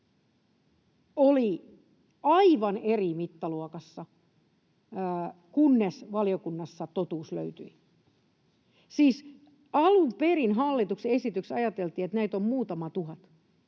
oli aivan eri mittaluokassa, kunnes valiokunnassa totuus löytyi. Siis alun perin hallituksen esityksessä ajateltiin, että näitä on muutama tuhat.